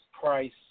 Price